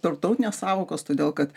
tarptautinės sąvokos todėl kad